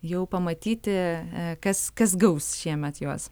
jau pamatyti kas kas gaus šiemet juos